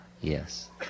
yes